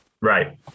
right